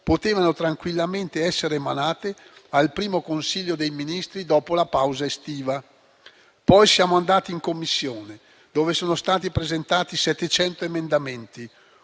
Potevano tranquillamente essere emanate nel primo Consiglio dei ministri dopo la pausa estiva. Poi siamo andati in Commissione, dove sono stati presentati 700 emendamenti: